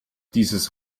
dieses